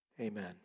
Amen